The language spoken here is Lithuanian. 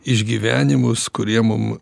išgyvenimus kurie mum